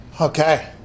Okay